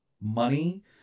money